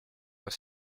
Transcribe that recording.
dans